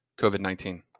COVID-19